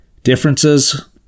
Differences